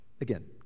Again